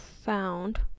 found